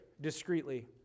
discreetly